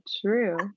true